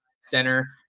center